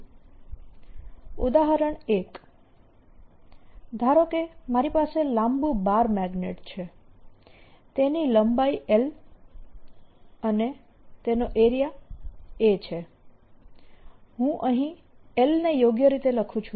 ઉદાહરણ 1 ધારો કે મારી પાસે લાંબુ બાર મેગ્નેટ છે તેની લંબાઈ L અને ત્રિજ્યા a છે હું અહીં L ને યોગ્ય રીતે લખું છું